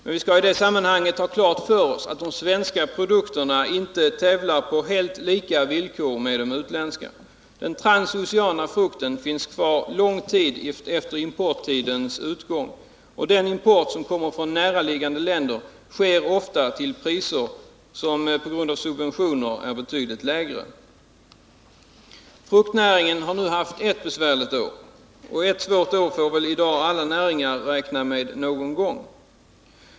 Men vi skall i det sammanhanget vara medvetna om att de svenska produkterna inte tävlar på helt lika villkor med de utländska. Den transoceana frukten finns kvar lång tid efter importtidens utgång, och importen från näraliggande länder sker ofta till priser som på grund av subventioner är betydligt lägre. Fruktnäringen har nu haft ett besvärligt år — och ett svårt år får väl alla näringar räkna med någon gång.